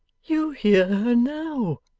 you hear her now.